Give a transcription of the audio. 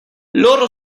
loro